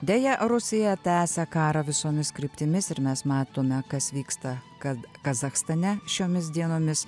deja rusija tęsia karą visomis kryptimis ir mes matome kas vyksta kad kazachstane šiomis dienomis